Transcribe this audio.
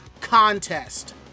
contest